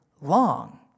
long